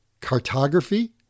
cartography